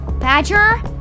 Badger